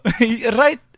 Right